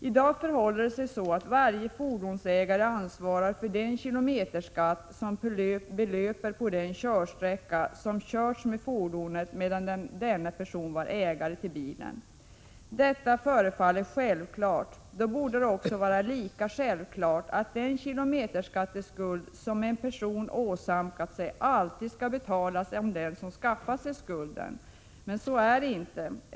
I dag ansvarar varje fordonsägare för den kilometerskatt som belöper på den körsträcka som körts med fordonet medan denna person har varit ägare. Detta förefaller att vara självklart. Då borde det också vara lika självklart att den kilometerskatteskuld som en person åsamkat sig alltid skall betalas av den som skaffat sig skulden. Men så är det inte.